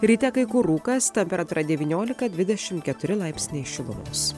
ryte kai kur rūkas temperatūra devyniolika dvidešim keturi laipsniai šilumos